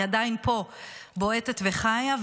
היא עדיין פה בועטת וחיה,